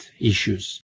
issues